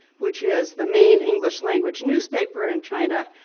which is the main english language newspaper in china,